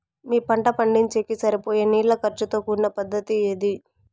మీ పంట పండించేకి సరిపోయే నీళ్ల ఖర్చు తో కూడిన పద్ధతి ఏది?